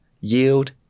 yield